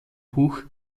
buch